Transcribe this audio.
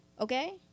okay